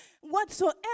whatsoever